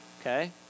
Okay